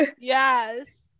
Yes